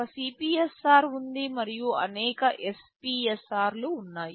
ఒక CPSR ఉంది మరియు అనేక SPSR లు ఉన్నాయి